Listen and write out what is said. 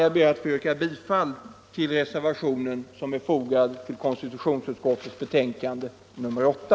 Jag ber att få yrka bifall till den reservation som är fogad vid konstitutionsutskottets betänkande nr 8.